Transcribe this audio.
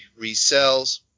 resells